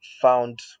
found